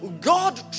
God